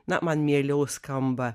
na man mieliau skamba